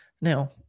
Now